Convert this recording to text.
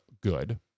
good